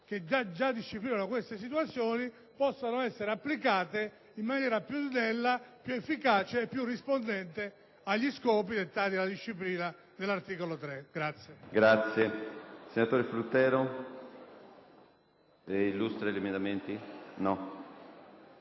che già disciplinano queste situazioni potranno essere applicate in maniera più snella, più efficace e rispondente agli scopi e al dettato della disciplina dell'articolo 3.